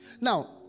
Now